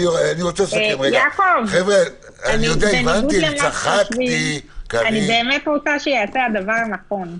אני יודע שלא, אבל משהו כן צריך לכתוב בגלל